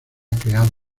creado